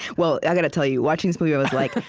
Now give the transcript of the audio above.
well, i gotta tell you, watching this movie i was like,